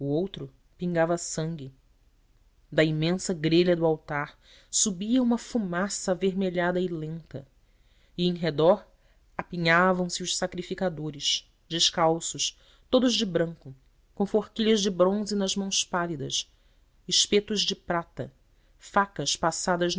outro pingava sangue da imensa grelha do altar subia uma fumaça avermelhada e lenta e em redor apinhavam se os sacrificadores descalços todos de branco com forquilhas de bronze nas mãos pálidas espetos de prata facas passadas